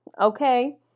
Okay